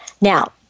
Now